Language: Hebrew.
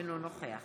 אינו נוכח